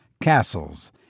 castles